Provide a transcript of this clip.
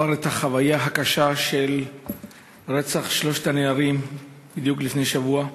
עבר את החוויה הקשה של רצח שלושת הנערים בדיוק לפני שבוע.